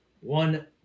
one